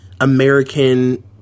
american